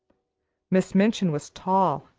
miss minchin was tall,